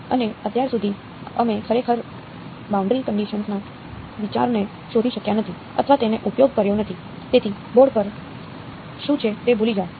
અને અત્યાર સુધી અમે ખરેખર બાઉન્ડ્રી કન્ડીશન્સ છે જે ઓરિજિન par છે અને ફીલ્ડ ને ફેલાવી રહ્યો છે